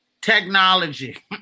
Technology